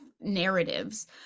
narratives